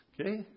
Okay